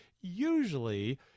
usually